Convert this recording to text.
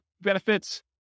benefits